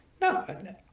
No